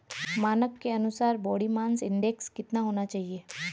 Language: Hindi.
मानक के अनुसार बॉडी मास इंडेक्स कितना होना चाहिए?